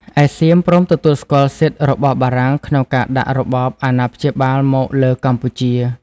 ឯសៀមព្រមទទួល ស្គាល់សិទ្ធិរបស់បារាំងក្នុងការដាក់របបអាណាព្យាបាលមក លើកម្ពុជា។